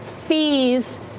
fees